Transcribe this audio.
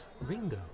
Ringo